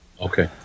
Okay